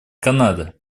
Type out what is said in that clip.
канада